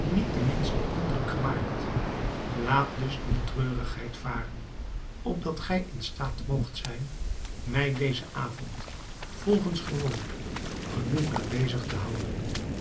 niet den minsten indruk gemaakt laat dus die treurigheid varen opdat gij in staat moogt zijn mij dezen avond volgens gewoonte genoegelijk bezig te houden